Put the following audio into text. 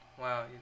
Wow